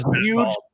Huge